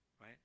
Right